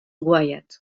wyatt